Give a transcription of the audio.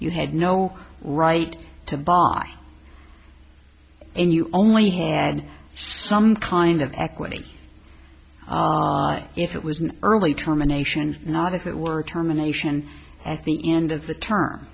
you had no right to buy and you only had some kind of equity if it was an early termination not as it were terminations at the end of the term